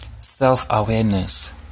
self-awareness